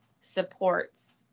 supports